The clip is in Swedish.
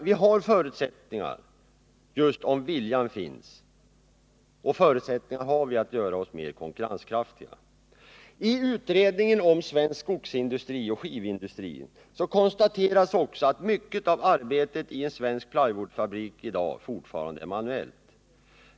Vi har nämligen förutsättningar att göra oss mer konkurrenskraftiga, om bara viljan finns. I utredningen om svensk skogsindustri och skivindustri konstateras att mycket av arbetet i en svensk plywoodfabrik i dag fortfarande är manuellt.